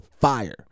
fire